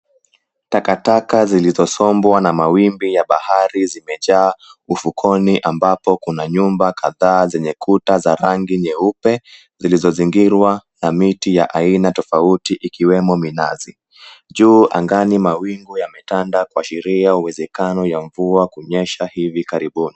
Takataka zilizosombwa na mawimbi ya bahari zimejaa ufukoni ambapo kuna nyumba kadhaa zenye kuta za rangi nyeupe zilizozingirwa na miti ya aina tofauti ikiwemo minazi. Juu angani mawingu yametanda kuashiria uwezekano ya mvua kunyesha hivi karibuni.